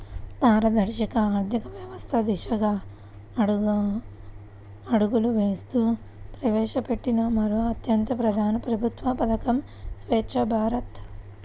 పారదర్శక ఆర్థిక వ్యవస్థ దిశగా అడుగులు వేస్తూ ప్రవేశపెట్టిన మరో అత్యంత ప్రధాన ప్రభుత్వ పథకం స్వఛ్చ భారత్